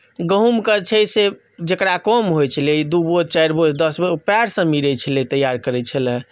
गहूँमके छै से जकरा कम होइत छलै दू बोझ चारि बोझ दस बोझ ओ पएरसँ मीरैत छलै तैआर करैत छलय